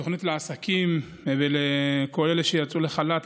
התוכנית לעסקים ולכל אלה שיצאו לחל"ת,